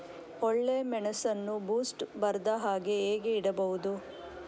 ಒಳ್ಳೆಮೆಣಸನ್ನು ಬೂಸ್ಟ್ ಬರ್ದಹಾಗೆ ಹೇಗೆ ಇಡಬಹುದು?